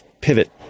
pivot